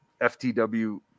ftw